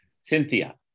Cynthia